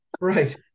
right